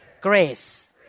grace